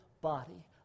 body